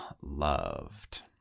loved